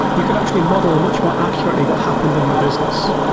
you can actually model much more accurately what happened in your business.